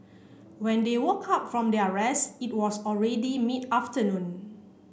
when they woke up from their rest it was already mid afternoon